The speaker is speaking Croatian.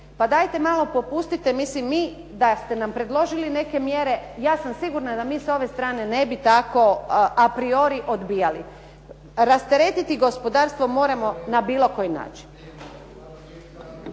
Pa dajte malo popustite, mislim vi da ste nam predložili neke mjere, ja sam sigurna da mi s ove strane ne bi tako a priori odbijali. Rasteretiti gospodarstvo moramo na bilo koji način.